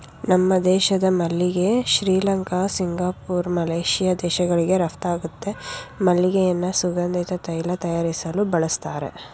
ನಮ್ಮ ದೇಶದ ಮಲ್ಲಿಗೆ ಶ್ರೀಲಂಕಾ ಸಿಂಗಪೂರ್ ಮಲೇಶಿಯಾ ದೇಶಗಳಿಗೆ ರಫ್ತಾಗುತ್ತೆ ಮಲ್ಲಿಗೆಯನ್ನು ಸುಗಂಧಿತ ತೈಲ ತಯಾರಿಸಲು ಬಳಸ್ತರೆ